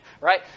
right